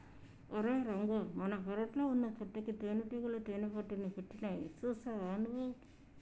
ఓరై రంగ మన పెరట్లో వున్నచెట్టుకి తేనటీగలు తేనెపట్టుని పెట్టినాయి సూసావా నువ్వు